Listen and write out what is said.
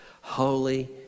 holy